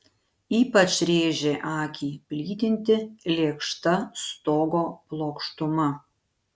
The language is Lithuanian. ypač rėžė akį plytinti lėkšta stogo plokštuma